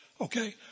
Okay